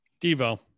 Devo